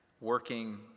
working